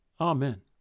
Amen